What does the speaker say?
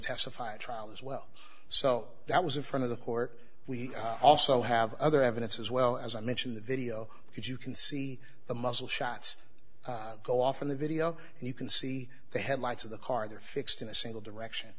testify at trial as well so that was in front of the court we also have other evidence as well as i mentioned the video because you can see the muzzle shots go off in the video and you can see the headlights of the car they are fixed in a single direction